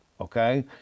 Okay